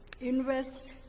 invest